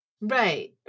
Right